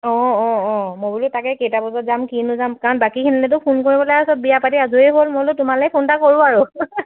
অঁ অঁ অঁ মই বোলো তাকে কেইটা বজাত যাম কিনো যাম কাৰণ বাকীখেনতো ফোন কৰিবলৈ বিয়া পাতি আজৰি হ'ল মই বোলো তোমালৈ ফোন এটা কৰোঁ আৰু